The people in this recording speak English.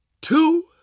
two